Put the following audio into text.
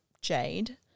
Jade